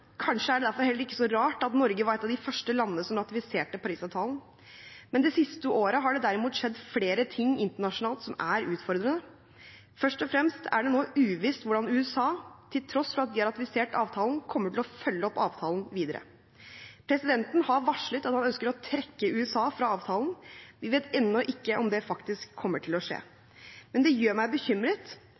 Kanskje er det derfor heller ikke så rart at Norge var et av de første landene som ratifiserte Paris-avtalen, men det siste året har det skjedd flere ting internasjonalt som er utfordrende. Først og fremst er det nå uvisst hvordan USA – til tross for at de har ratifisert avtalen – kommer til å følge opp avtalen videre. Presidenten har varslet at han ønsker å trekke USA fra avtalen. Vi vet ennå ikke om det faktisk kommer til å skje, men det gjør meg bekymret,